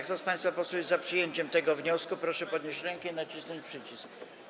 Kto z państwa posłów jest za przyjęciem tego wniosku, proszę podnieść rękę i nacisnąć przycisk.